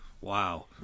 wow